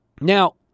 Now